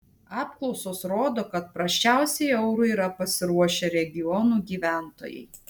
apklausos rodo kad prasčiausiai eurui yra pasiruošę regionų gyventojai